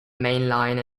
mainline